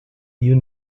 you